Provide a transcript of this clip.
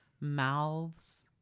mouths